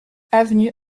avenue